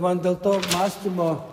man dėl to mąstymo